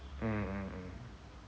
mm mm mm